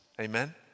Amen